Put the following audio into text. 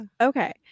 Okay